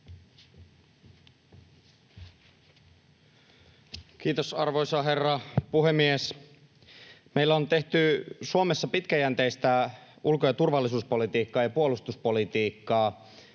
Kiitos, arvoisa herra puhemies! Meillä on tehty Suomessa pitkäjänteistä ulko- ja turvallisuuspolitiikkaa ja puolustuspolitiikkaa.